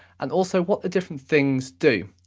and also what the different things do.